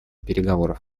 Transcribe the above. переговоров